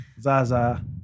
Zaza